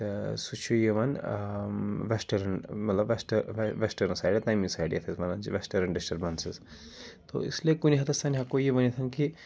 تہٕ سُہ چھُ یِوان ویسٹٲرٕن مطلب ویسٹ ویسٹٲرٕن سایڈٕ تَمی سایڈٕ یَتھ أسۍ وَنان چھِ ویسٹٲرٕن ڈِسٹٔربَنسِز تہٕ اس لیے کُنہِ حدَس تانۍ ہیٚکو یہِ ؤنِتھ کہِ